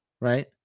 Right